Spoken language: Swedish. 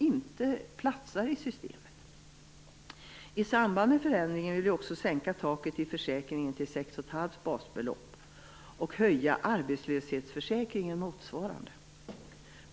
I samband med förändringen vill vi också sänka taket i försäkringen till 6,5 basbelopp och höja arbetslöshetsförsäkringen i motsvarande mån.